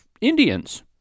Indians